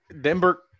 Denver